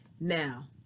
Now